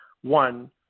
one